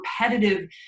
repetitive